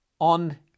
on